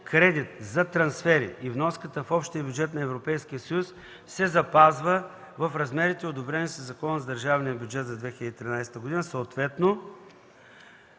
кредит за трансфери и вноска в общия бюджет на Европейския съюз се запазва в размерите, одобрени със Закона за държавния бюджет за 2013 г., съответно